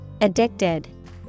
Addicted